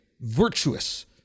virtuous